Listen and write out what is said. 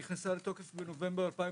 הרפורמה, שנכנסה לתוקף בנובמבר 2018,